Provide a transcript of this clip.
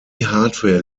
hardware